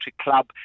Club